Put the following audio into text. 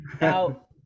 Now